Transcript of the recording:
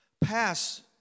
pass